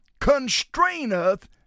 constraineth